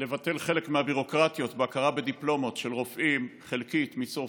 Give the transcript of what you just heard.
לבטל חלק מהביורוקרטיות בהכרה בדיפלומות של רופאים מצרפת,